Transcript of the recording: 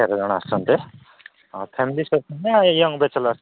ତେର ଜଣ ଆସୁଛନ୍ତି ହଁ ସର୍ଭିସ୍ କରିଛନ୍ତି ନା ୟଙ୍ଗ ବ୍ୟାଚଲର୍